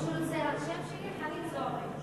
זה השם שלי, חנין זועְבי.